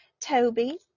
Toby